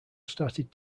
started